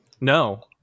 no